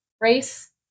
race